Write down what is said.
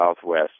southwest